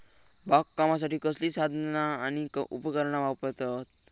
बागकामासाठी कसली साधना आणि उपकरणा वापरतत?